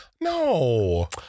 no